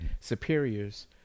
superiors